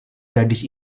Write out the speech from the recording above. gadis